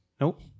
Nope